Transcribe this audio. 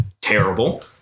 terrible